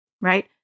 right